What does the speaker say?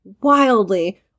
wildly